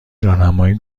راهنمای